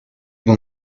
will